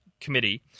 committee